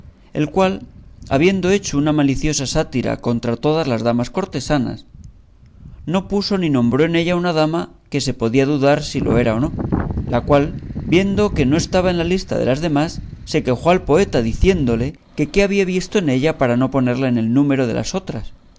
el cual habiendo hecho una maliciosa sátira contra todas las damas cortesanas no puso ni nombró en ella a una dama que se podía dudar si lo era o no la cual viendo que no estaba en la lista de las demás se quejó al poeta diciéndole que qué había visto en ella para no ponerla en el número de las otras